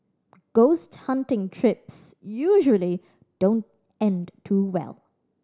ghost hunting trips usually don't end too well